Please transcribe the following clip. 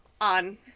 on